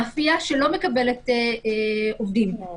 מאפייה שלא מקבלת קהל.